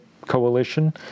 Coalition